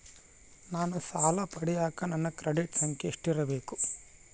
ನಾನು ಸಾಲ ಪಡಿಯಕ ನನ್ನ ಕ್ರೆಡಿಟ್ ಸಂಖ್ಯೆ ಎಷ್ಟಿರಬೇಕು?